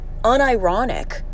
unironic